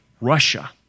Russia